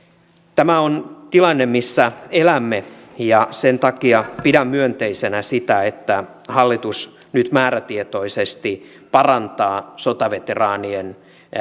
tämä on tilanne missä elämme ja sen takia pidän myönteisenä sitä että hallitus nyt määrätietoisesti parantaa sotaveteraanien